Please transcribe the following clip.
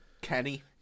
Kenny